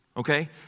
Okay